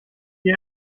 ihr